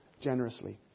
generously